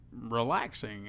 relaxing